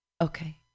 Okay